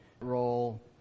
role